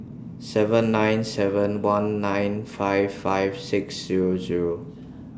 seven nine seven one nine five five six Zero Zero